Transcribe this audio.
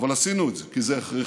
אבל עשינו את זה, כי זה הכרחי.